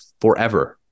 forever